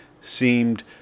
seemed